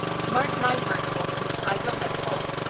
mark my words, bolton, i will have both!